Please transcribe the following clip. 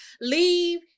Leave